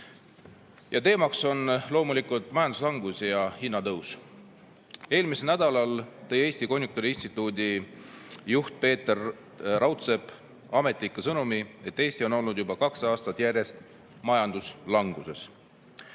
Teema on loomulikult majanduslangus ja hinnatõus. Eelmisel nädalal tõi Eesti Konjunktuuriinstituudi juht Peeter Raudsepp ametliku sõnumi, et Eesti on olnud juba kaks aastat järjest majanduslanguses,